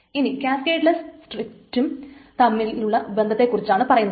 ഇനി ക്യാസ്കേഡ്ലെസ്സും സ്ട്രിക്റ്റും തമ്മിലുള്ള ബന്ധത്തെക്കുറിച്ചാണ് പറയുന്നത്